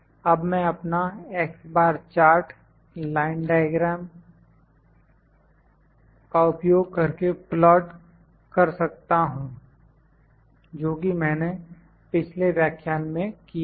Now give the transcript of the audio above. अब मैं अपना x bar chart line diagram का उपयोग करके प्लाट कर सकता हूं जोकि मैंने पिछले व्याख्यान में किया है